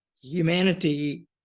humanity